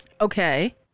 Okay